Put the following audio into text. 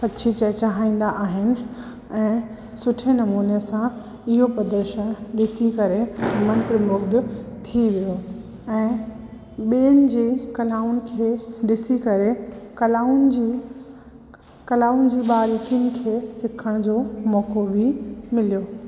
पक्षी चहचहाईंदा आहिनि ऐं सुठे नमूने सां इहो प्रदर्शन ॾिसी करे मंत्र मुग्ध थी वियो ऐं ॿियनि जी कलाउनि खे ॾिसी करे कलाउनि जी कलाउनि जी बारीकियुनि खे सिखण जो मौक़ो बि मिलियो